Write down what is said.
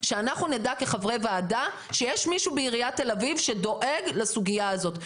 שאנחנו נדע כחברי ועדה שיש מישהו בעירית תל אביב שדואג לסוגיה הזאת.